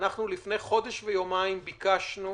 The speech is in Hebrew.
לפני חודש ויומיים ביקשנו